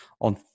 on